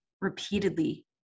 repeatedly